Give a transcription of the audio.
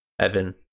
Evan